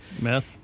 Meth